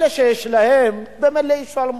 אלה שיש להם, ממילא ישלמו.